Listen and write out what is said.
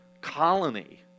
colony